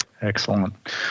Excellent